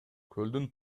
көлдүн